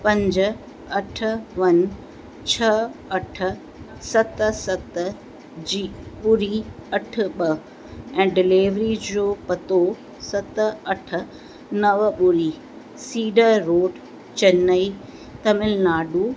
पंज अठ वन छह अठ सत सत जी ॿुड़ी अठ ॿ ऐं डिलीवरी जो पतो सत अठ नव ॿुड़ी सीडर रोड चैन्नई तमिलनाडु